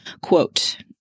Quote